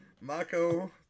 marco